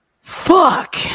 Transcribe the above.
Fuck